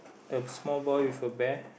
the small boy with a bear